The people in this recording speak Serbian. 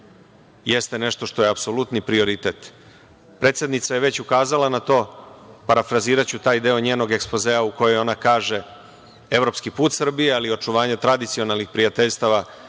jeste nešto što je apsolutni prioritet. Predsednica je već ukazala na to. Parafraziraću taj deo njenog ekspozea u kome ona kaže – evropski put Srbije, ali i očuvanje tradicionalnih prijateljstava